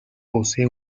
posee